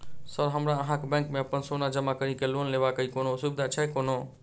Sir हमरा अहाँक bank मे अप्पन सोना जमा करि केँ लोन लेबाक अई कोनो सुविधा छैय कोनो?